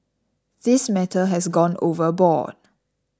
this matter has gone overboard